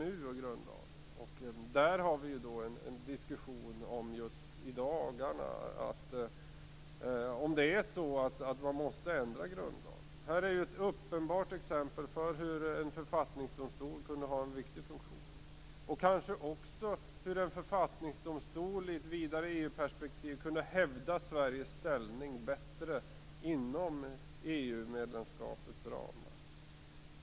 I dagarna förs en diskussion om man måste ändra grundlagen. Detta är ett uppenbart exempel på en fråga där en författningsdomstol kunde ha en viktig funktion. En författningsdomstol skulle, ur ett vidare EU-perspektiv, kunna hävda Sveriges ställning bättre inom EU-medlemskapets ramar.